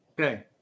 Okay